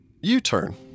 U-turn